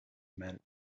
meant